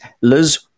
Liz